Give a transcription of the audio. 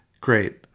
great